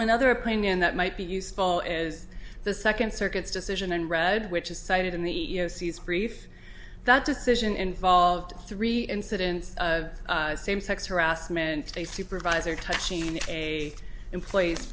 another opinion that might be useful as the second circuit's decision and read which is cited in the e e o c is brief that decision involved three incidents of same sex harassment a supervisor touching a employees